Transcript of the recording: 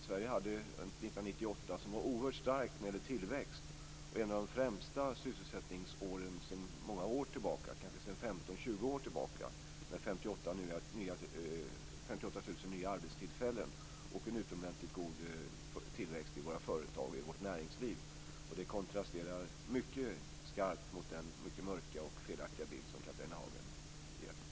Sverige hade 1998 en oerhört stark tillväxt. Det var ett av de främsta sysselsättningsåren sedan många år tillbaka, kanske sedan 15-20 år tillbaka, med 58 000 nya arbetstillfällen och en utomordentligt god tillväxt i företagen i vårt näringsliv. Det kontrasterar mycket skarpt mot den mycket mörka och felaktiga bild som